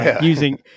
using